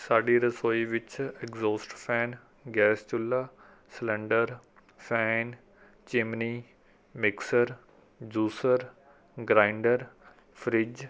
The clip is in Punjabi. ਸਾਡੀ ਰਸੋਈ ਵਿੱਚ ਐਗਜ਼ੋਸਟ ਫੈਨ ਗੈਸ ਚੁੱਲ੍ਹਾ cylinder fan chimney mixer juicer grinder fridge